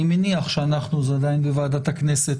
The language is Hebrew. אני מניח שאנחנו נעסוק זה עדיין בוועדת הכנסת